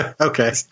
Okay